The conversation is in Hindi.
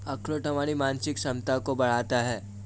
अखरोट हमारी मानसिक क्षमता को बढ़ाता है